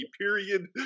period